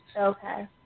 okay